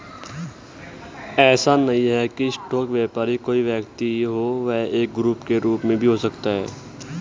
ऐसा नहीं है की स्टॉक व्यापारी कोई व्यक्ति ही हो वह एक ग्रुप के रूप में भी हो सकता है